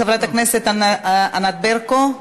חברת הכנסת ענת ברקו.